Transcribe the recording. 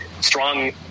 strong